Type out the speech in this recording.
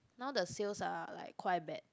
now the sales are like quite bad